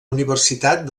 universitat